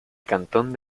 cantón